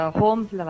homes